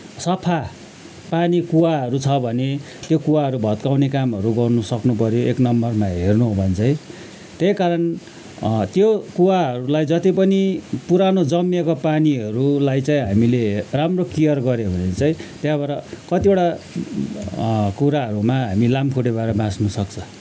सफा पानी कुवाहरू छ भने त्यो कुवाँहरू भत्काउन कामहरू गर्न सक्नु पर्यो एक नम्बरमा हेर्नु हो भने चाहिँ त्यही कारण त्यो कुवाहरूलाई जति पनि पुरानो जमिएको पानीहरूलाई चाहिँ हामीले राम्रो केयर गर्यो भने चाहिँ त्यहाँबाट कतिवटा कुराहरूमा हामी लामखुट्टेबाट बाँच्न सक्छ